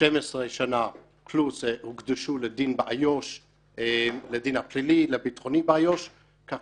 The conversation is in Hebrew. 12 שנה פלוס הוקדשו לדין הפלילי והביטחוני באיו"ש כך